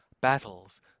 Battles